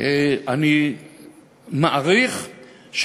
הסדרי